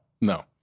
No